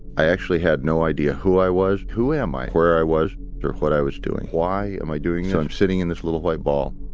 i actually had no idea who i was. who am i? where i was or what i was doing. why am i doing this? so i'm sitting in this little white ball,